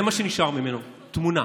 זה מה שנשאר ממנו: תמונה,